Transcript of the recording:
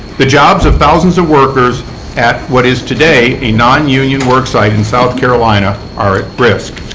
the jobs of thousands of workers at what is today a nonunion worksite in south carolina are at risk.